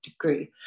degree